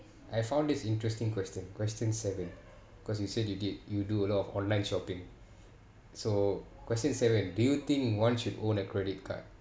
I found this interesting question question seven cause you said you did you do a lot of online shopping so question seven do you think one should own a credit card